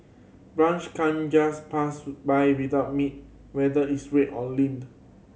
brunch can't just pass by without meat whether it's red or leaned